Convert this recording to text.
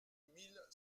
mille